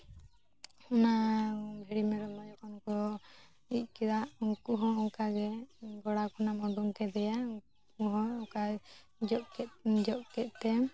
ᱚᱱᱟ ᱵᱷᱤᱲᱤ ᱢᱮᱨᱚᱢ ᱡᱷᱚᱠᱷᱚᱱ ᱠᱚ ᱤᱡ ᱠᱮᱫᱟ ᱩᱱᱠᱩ ᱦᱚᱸ ᱚᱱᱠᱟ ᱜᱮ ᱜᱚᱲᱟ ᱠᱷᱚᱱᱟᱜ ᱮᱢ ᱩᱰᱩᱝ ᱠᱮᱫᱮᱭᱟ ᱩᱱᱦᱚᱸ ᱚᱝᱠᱟ ᱡᱚᱜ ᱠᱮᱫ ᱡᱚᱜ ᱠᱮᱫᱛᱮᱢ